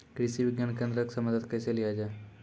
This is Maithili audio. कृषि विज्ञान केन्द्रऽक से मदद कैसे लिया जाय?